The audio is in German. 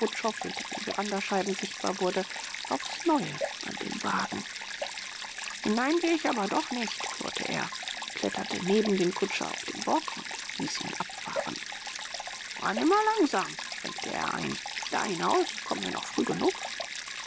hinter den verandascheiben sichtbar wurde aufs neue an den wagen hinein gehe ich aber doch nicht knurrte er kletterte neben den kutscher auf den bock und hieß ihn abfahren man immer langsam schränkte er ein dahinaus kommen wir noch früh genug